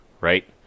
Right